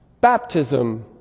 baptism